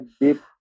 deep